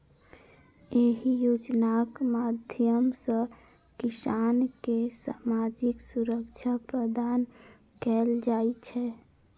एहि योजनाक माध्यम सं किसान कें सामाजिक सुरक्षा प्रदान कैल जाइ छै